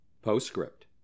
Postscript